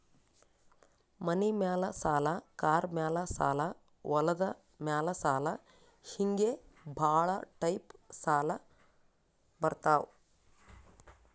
ಮನಿ ಮ್ಯಾಲ ಸಾಲ, ಕಾರ್ ಮ್ಯಾಲ ಸಾಲ, ಹೊಲದ ಮ್ಯಾಲ ಸಾಲ ಹಿಂಗೆ ಭಾಳ ಟೈಪ್ ಸಾಲ ಬರ್ತಾವ್